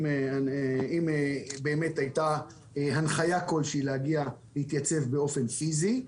אם באמת הייתה הנחייה כל שהיא להגיע או להתייצב באופן פיזי,